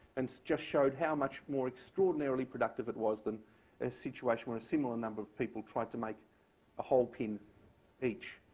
and just showed how much more extraordinarily productive it was than a situation where a similar number of people tried to make a whole pin each.